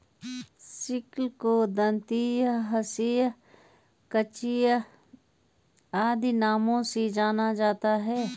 sickle को दँतिया, हँसिया, कचिया आदि नामों से जाना जाता है